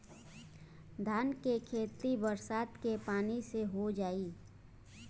धान के खेती बरसात के पानी से हो जाई?